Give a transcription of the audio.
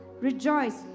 Rejoice